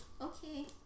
okay